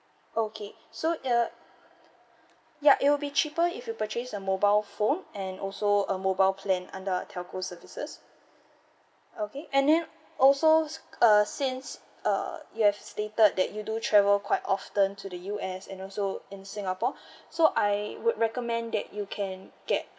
okay so uh ya it will be cheaper if you purchase a mobile phone and also a mobile plan under our telco services okay and then also s~ uh since uh you have stated that you do travel quite often to the U_S and also in singapore so I would recommend that you can get